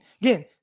Again